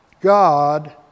God